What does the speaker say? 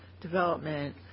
development